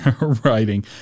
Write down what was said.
writing